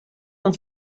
vom